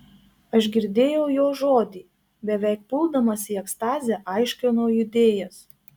aš girdėjau jo žodį beveik puldamas į ekstazę aiškino judėjas